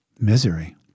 misery